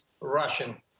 Russian